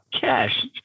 Cash